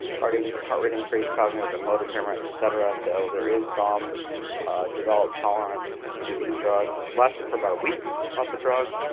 heart and heart rate increase, cognitive and motor impairment, et cetera. so there is some developed tolerance to these drugs. lasted for about a week off the drug.